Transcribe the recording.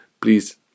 please